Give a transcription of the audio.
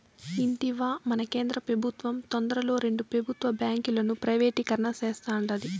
ఇంటివా, మన కేంద్ర పెబుత్వం తొందరలో రెండు పెబుత్వ బాంకీలను ప్రైవేటీకరణ సేస్తాండాది